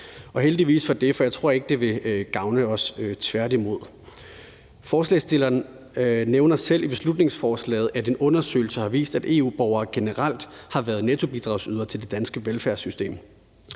Og heldigvis for det, for jeg tror ikke, at det vil gavne os – tværtimod. Forslagsstillerne nævner selv i beslutningsforslaget, at en undersøgelse har vist, at EU-borgere generelt har været nettobidragsydere til det danske velfærdssystem.